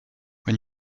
when